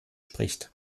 spricht